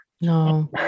No